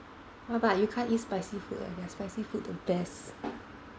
but but you can't eat spicy food leh their spicy food the best